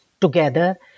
together